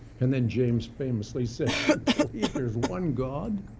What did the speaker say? and then james famously says you believe there's one god